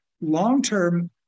long-term